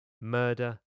murder